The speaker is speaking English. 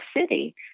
city